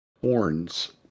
horns